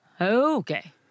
Okay